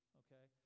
okay